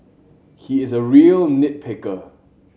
he is a real nit picker